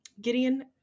Gideon